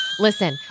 Listen